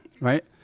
right